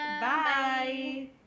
Bye